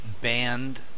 banned